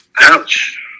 ouch